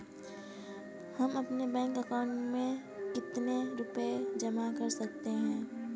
हम अपने bank account में कितने रुपये जमा कर सकते हैं?